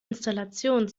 installation